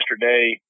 Yesterday